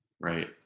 Right